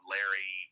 Larry